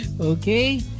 Okay